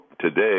today